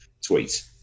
tweet